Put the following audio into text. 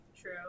True